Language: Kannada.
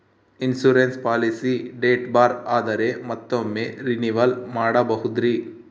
ಇನ್ಸೂರೆನ್ಸ್ ಪಾಲಿಸಿ ಡೇಟ್ ಬಾರ್ ಆದರೆ ಮತ್ತೊಮ್ಮೆ ರಿನಿವಲ್ ಮಾಡಬಹುದ್ರಿ?